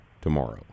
tomorrow